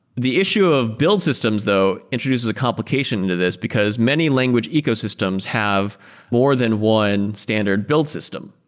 the issue of build systems though introduces a complication into this, because many language ecosystems have more than one standard build system,